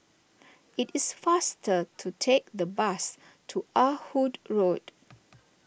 it is faster to take the bus to Ah Hood Road